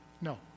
No